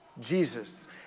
Jesus